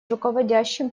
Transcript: руководящим